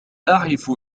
أعرف